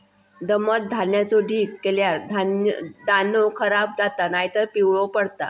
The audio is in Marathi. दमट धान्याचो ढीग केल्यार दाणो खराब जाता नायतर पिवळो पडता